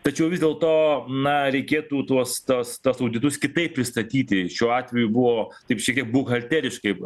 tačiau vis dėlto na reikėtų tuos tas tas auditus kitaip pristatyti šiuo atveju buvo taip šiek tiek buhalteriškai buvo